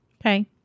Okay